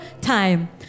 time